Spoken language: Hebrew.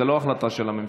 זאת לא החלטה של הממשלה.